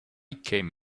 came